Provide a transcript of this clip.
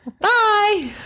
Bye